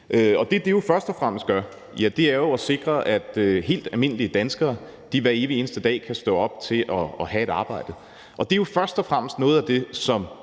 det, det først og fremmest gør, er jo at sikre, at helt almindelige danskere hver evig eneste dag kan stå op til at have et arbejde, og det er jo først og fremmest noget af det,